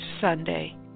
Sunday